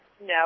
No